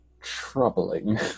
troubling